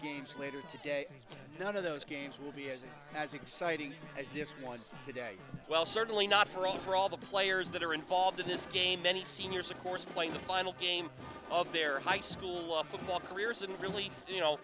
games later today none of those games will be as big as exciting as this was today well certainly not for all for all the players that are involved in this game many seniors of course playing the final game of their high school football careers and really you know